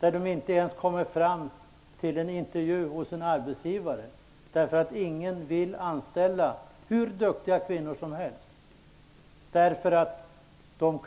De kommer inte ens fram till en intervju hos en arbetsgivare -- ingen vill anställa sådana kvinnor hur duktiga de än är därför att de